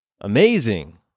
amazing